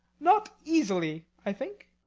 not easily, i think.